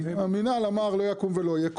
המינהל אמר לא יקום ולא יהיה,